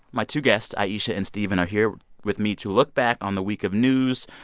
my two guests, ayesha and stephen, are here with me to look back on the week of news,